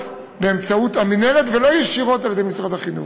באמצעות המינהלת ולא ישירות על-ידי משרד החינוך.